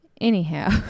Anyhow